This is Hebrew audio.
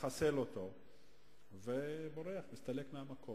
מחסל אותו ובורח, מסתלק מהמקום.